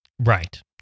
Right